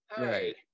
Right